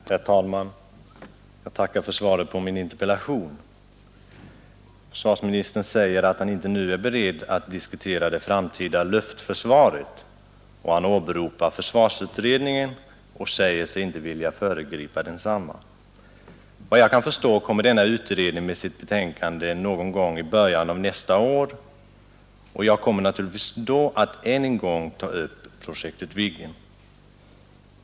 Herr talman! Jag tackar för svaret på min interpellation. Försvarsministern säger att han inte nu är beredd att diskutera det framtida Ang. Viggenluftförsvaret, och han åberopar försvarsutredningen och säger sig inte projektet vilja föregripa densamma. Efter vad jag kan förstå kommer denna utredning med sitt betänkande någon gång i början av nästa år, och jag kommer naturligt vis då att än en gång ta upp Viggenprojektet.